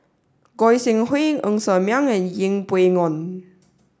Goi Seng Hui Ng Ser Miang and Yeng Pway Ngon